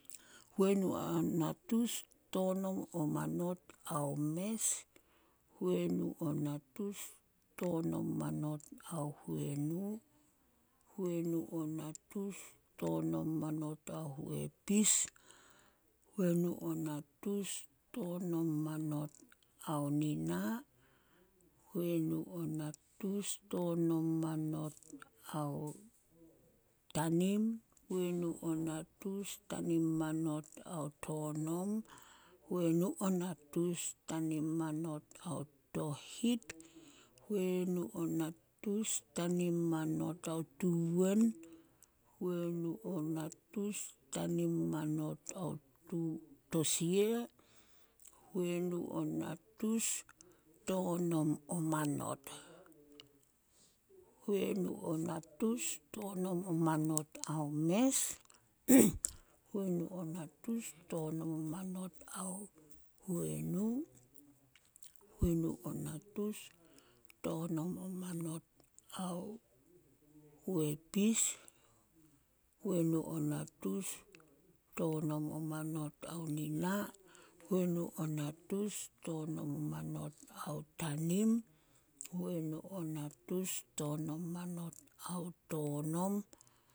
﻿Huenu o natus tonom o manot ao mes, huenu o natus tonom o manot ao huenu, huenu o natus tonom o manot manot ao huepis, huenu o natus tonom o manot ao nina, huenu o natus tonom o manot ao tanim, huenu o natus tanim o manot ao tonom, huenu o natus tanim o manot ao tohit, huenu o natus tanim manot ao tuwen, huenu o natus tanim o manot ao tosia, huenu o natus tonom o manot, huenu o natus tonom manot ao mes, huenu o natus tonom o manot ao huenu, huenu o natus tonom o manot ao huepis, huenu o natus tonom o manot ao nina, huenu o natus tonom o manot ao tanim, huenu o natus tonom o manot ao tonom.